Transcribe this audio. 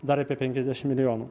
dar apie penkiasdešimt milijonų